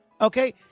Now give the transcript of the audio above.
Okay